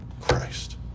Christ